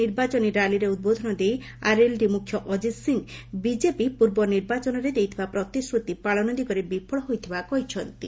ନିର୍ବାଚନୀ ର୍ୟାଲିରେ ଉଦ୍ବୋଧନ ଦେଇ ଆର୍ଏଲ୍ଡି ମୁଖ୍ୟ ଅଜିତ୍ ସିଂ ବିଜେପି ପୂର୍ବ ନିର୍ବାଚନରେ ଦେଇଥିବା ପ୍ରତିଶ୍ରତି ପାଳନ ଦିଗରେ ବିଫଳ ହୋଇଥିବା କହିଚ୍ଛନ୍ତି